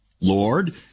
Lord